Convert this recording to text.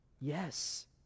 Yes